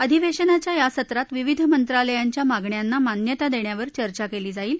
अधिवेशनाच्या या सत्रात विविध मंत्रालयांच्या मागण्यांना मान्यता देण्यावर चर्चा केली जाईल